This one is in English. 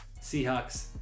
Seahawks